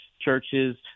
churches